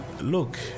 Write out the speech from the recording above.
Look